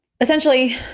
essentially